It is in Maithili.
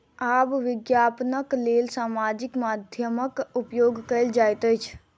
आब विज्ञापनक लेल सामाजिक माध्यमक उपयोग कयल जाइत अछि